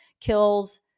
kills